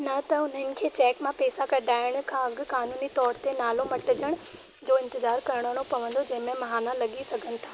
न त उन्हनि खे चेक मां पैसा कढाइण खां अॻु क़ानूनी तौरु ते नालो मटिजण जो इंतिजारु करिणो पवंदो जंहिंमें महीना लॻी सघनि था